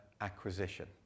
acquisition